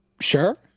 Sure